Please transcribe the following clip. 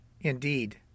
indeed